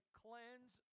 cleanse